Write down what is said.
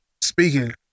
Speaking